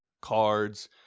cards